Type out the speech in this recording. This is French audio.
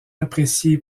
apprécié